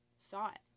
thought